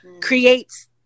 creates